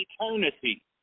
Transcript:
eternity